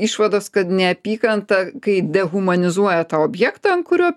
išvados kad neapykanta kai dehumanizuoja tą objektą ant kurio